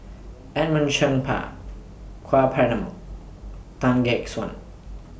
Edmund Cheng Ka Perumal Tan Gek Suan